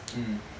mm